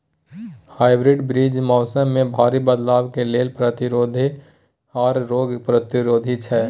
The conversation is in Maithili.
हाइब्रिड बीज मौसम में भारी बदलाव के लेल प्रतिरोधी आर रोग प्रतिरोधी छै